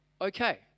Okay